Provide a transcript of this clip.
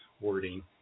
wording